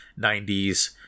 90s